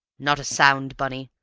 not a sound, bunny!